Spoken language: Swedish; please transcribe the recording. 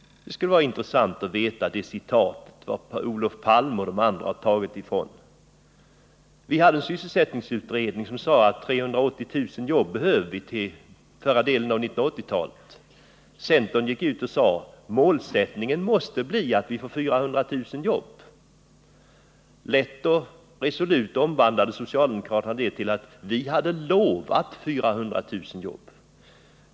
Det skulle vara intressant att veta var Olof Palme och andra har tagit det citatet ifrån. Det fanns en sysselsättningsutredning som sade att det behövdes 380 000 jobb till förra delen av 1980-talet, och centern sade: Målsättningen måste bli att vi får 400 000 jobb. Lätt och resolut omvandlade socialdemokraterna det till att vi hade /ovar 400 000 jobb.